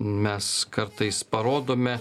mes kartais parodome